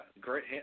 Great